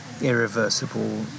irreversible